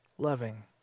Loving